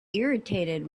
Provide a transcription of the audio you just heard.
irritated